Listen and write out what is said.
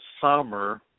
summer